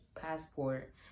passport